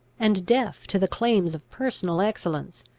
and deaf to the claims of personal excellence.